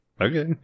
Okay